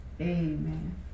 Amen